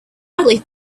hardly